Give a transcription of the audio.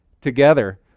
together